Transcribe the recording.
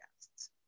guests